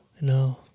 No